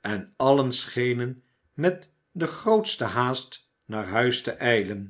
en allen schenen met de grootste haast naar huis te